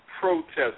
Protest